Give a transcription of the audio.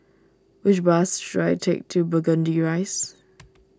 which bus should I take to Burgundy Rise